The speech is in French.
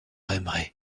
aimerait